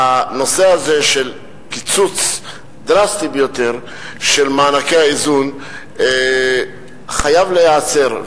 הנושא הזה של הקיצוץ הדרסטי ביותר של מענקי האיזון חייב להיעצר,